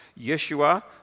Yeshua